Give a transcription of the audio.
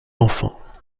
enfants